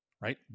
right